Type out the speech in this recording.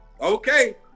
okay